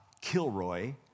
Kilroy